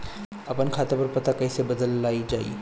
आपन खाता पर पता कईसे बदलल जाई?